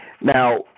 Now